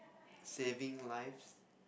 saving lives